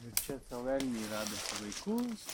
ir čia sau elniai vedasi vaikus